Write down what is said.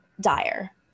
dire